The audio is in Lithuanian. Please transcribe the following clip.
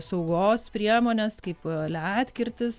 saugos priemonės kaip ledkirtis